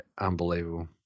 unbelievable